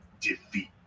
defeat